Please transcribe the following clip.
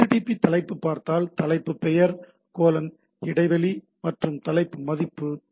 தலைப்பு பார்த்தால் தலைப்பு பெயர் கோலோன் இடைவெளி மற்றும் தலைப்பு மதிப்பு இருக்கும்